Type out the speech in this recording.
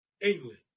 England